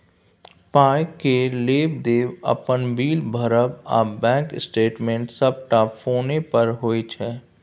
पाइ केर लेब देब, अपन बिल भरब आ बैंक स्टेटमेंट सबटा फोने पर होइ छै